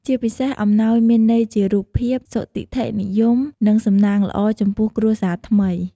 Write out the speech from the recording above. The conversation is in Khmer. ជាពិសេសអំណោយមានន័យជារូបភាព សុទិដ្ឋិនិយម និងសំណាងល្អចំពោះគ្រួសារថ្មី។